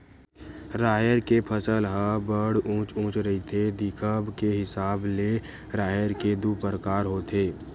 राहेर के फसल ह बड़ उँच उँच रहिथे, दिखब के हिसाब ले राहेर के दू परकार होथे